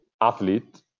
athlete